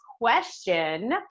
question